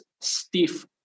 stiff